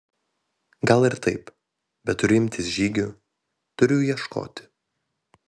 gal ir taip bet turiu imtis žygių turiu ieškoti